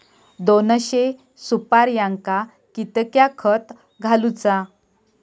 दोनशे सुपार्यांका कितक्या खत घालूचा?